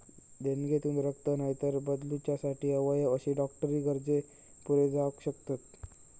देणगेतसून रक्त, नायतर बदलूच्यासाठी अवयव अशे डॉक्टरी गरजे पुरे जावक शकतत